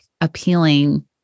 appealing